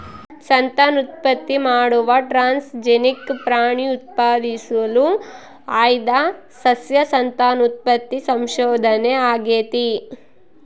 ಸಂತಾನೋತ್ಪತ್ತಿ ಮಾಡುವ ಟ್ರಾನ್ಸ್ಜೆನಿಕ್ ಪ್ರಾಣಿ ಉತ್ಪಾದಿಸಲು ಆಯ್ದ ಸಸ್ಯ ಸಂತಾನೋತ್ಪತ್ತಿ ಸಂಶೋಧನೆ ಆಗೇತಿ